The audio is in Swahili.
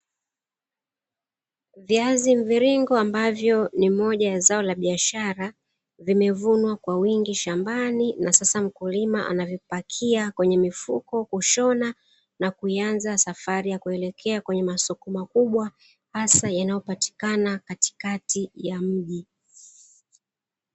Viazi mviringo ambavo ni moja ya zao la biashara vimevunwa kwa wingi shambani, na sasa mkulima anavipakia kwenye mifuko kushona na kuianza safari ya kuelekea kwenye masoko makubwa, hasa yanayopatikana katikati ya mji.